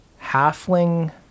halfling